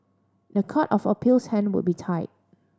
the Court of Appeal's hand would be tied